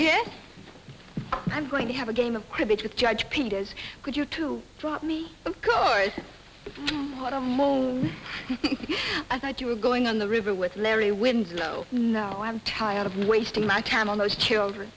yes i'm going to have a game of cribbage with judge peters could you to drop me a card at a mo i thought you were going on the river with larry wind no no i'm tired of wasting my time on those children